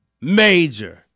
Major